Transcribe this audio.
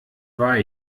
war